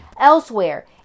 elsewhere